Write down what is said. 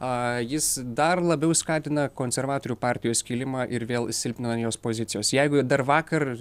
a jis dar labiau skatina konservatorių partijos skilimą ir vėl silpnina jos pozicijos jeigu dar vakar